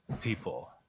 people